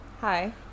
Hi